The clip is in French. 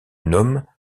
nomme